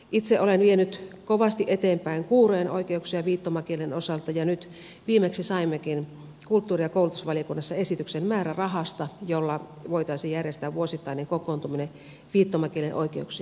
itse olen vienyt kovasti eteenpäin kuurojen oikeuksia viittomakielen osalta ja nyt viimeksi saimmekin kulttuuri ja koulutusvaliokunnassa esityksen määrärahasta jolla voitaisiin järjestää vuosittainen kokoontuminen viittomakielen oikeuksien hyväksi